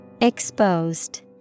Exposed